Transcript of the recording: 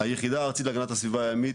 היחידה הארצית להגנת הסביבה הימית,